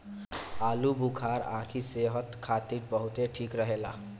आलूबुखारा आंखी के सेहत खातिर बहुते ठीक रहेला